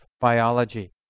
biology